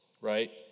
right